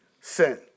sin